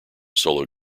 solo